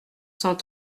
cent